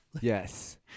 Yes